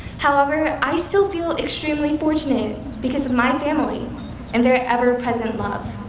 however, i still feel extremely fortunate because of my family and their ever-present love.